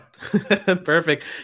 Perfect